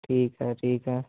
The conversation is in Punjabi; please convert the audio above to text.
ਠੀਕ ਹੈ ਠੀਕ ਹੈ